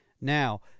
Now